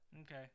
Okay